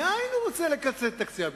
מאין הוא רוצה לקצץ את תקציב הביטחון,